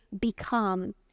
become